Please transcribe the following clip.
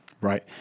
Right